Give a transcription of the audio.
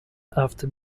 after